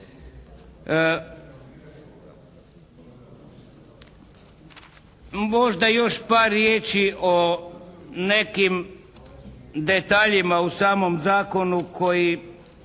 Možda još par riječi o nekim detaljima u samom zakonu koji